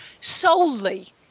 solely